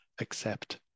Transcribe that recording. Accept